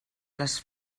les